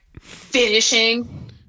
finishing